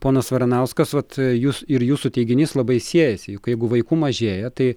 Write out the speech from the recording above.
ponas varanauskas vat jus ir jūsų teiginys labai siejasi juk jeigu vaikų mažėja tai